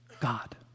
God